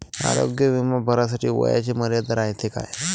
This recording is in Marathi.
आरोग्य बिमा भरासाठी वयाची मर्यादा रायते काय?